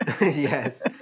yes